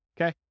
Okay